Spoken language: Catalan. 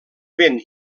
vent